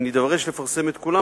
אם נידרש לפרסם את כולם,